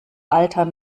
altern